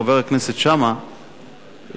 חבר הכנסת שאמה ציין,